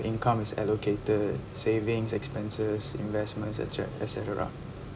income is allocated savings expenses investments etce~ etcetera